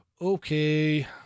Okay